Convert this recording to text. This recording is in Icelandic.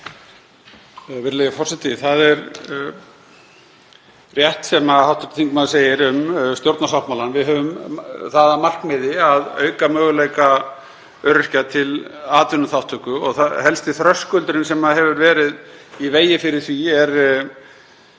Það er rétt sem hv. þingmaður segir um stjórnarsáttmálann. Við höfum það að markmiði að auka möguleika öryrkja til atvinnuþátttöku og helsti þröskuldurinn sem hefur verið í vegi fyrir því eru